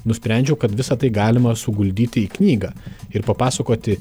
nusprendžiau kad visa tai galima suguldyti į knygą ir papasakoti